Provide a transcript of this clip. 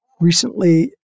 recently